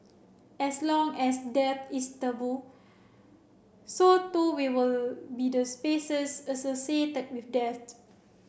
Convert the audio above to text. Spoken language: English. as long as death is taboo so too will be the spaces associated with death